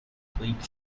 bleak